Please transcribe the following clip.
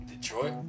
Detroit